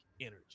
energy